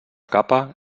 capa